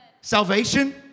Salvation